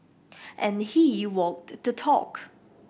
and he walked the talk